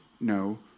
no